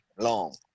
long